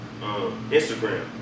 Instagram